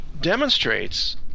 demonstrates